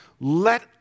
let